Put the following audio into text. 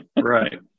right